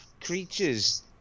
creatures